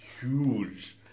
huge